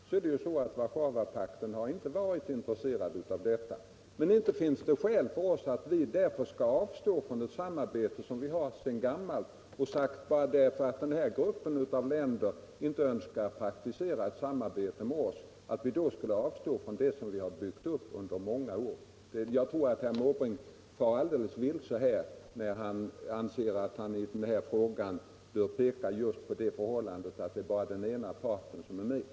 Herr talman! Eftersom pakterna nämndes vill jag framhålla att Warszawapaktens länder inte har varit intresserade av detta. Men därför att den gruppen av länder inte önskar praktisera ett samarbete finns det inte skäl för oss att avstå från ett samarbete som vi har haft sedan gammalt, som vi har byggt upp under många år. Jag tror att herr Måbrink far alldeles vilse när han anser att han i den här frågan bör peka på just det förhållandet att det är bara den ena parten som är med.